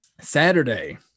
Saturday